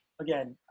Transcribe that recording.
Again